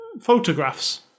photographs